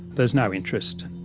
there's no interest.